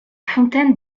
fontaine